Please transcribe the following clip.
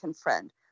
friend